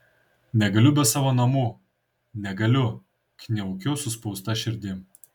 negaliu be savo namų negaliu kniaukiu suspausta širdim